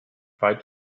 weit